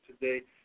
today